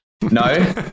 no